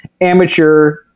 amateur